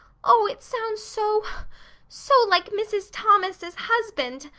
oh, it sounds so so like mrs. thomas's husband!